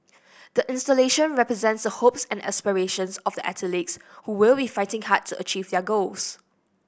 the installation represents the hopes and aspirations of the athletes we will fighting hard to achieve their goals